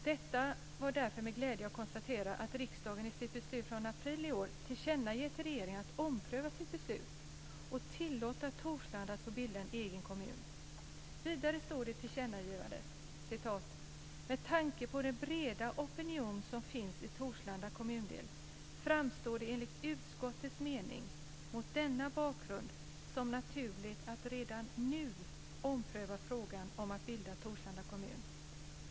Det var därför med glädje som jag konstaterade att riksdagen i sitt beslut från april i år tillkännager till regeringen att ompröva sitt beslut och tillåta Torslanda att få bilda en egen kommun. Vidare står det i tillkännagivandet: "Med tanke på den mycket breda opinion för en delning som finns i Torslanda kommundel framstår det enligt utskottets mening mot denna bakgrund som naturligt att redan nu ompröva frågan om att bilda Torslanda kommun.